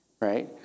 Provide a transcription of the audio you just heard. right